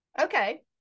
Okay